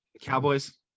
Cowboys